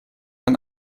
ein